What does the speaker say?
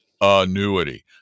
annuity